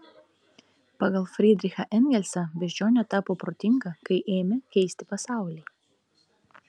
pagal fridrichą engelsą beždžionė tapo protinga kai ėmė keisti pasaulį